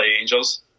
Angels